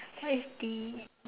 what is this